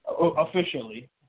officially